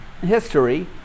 history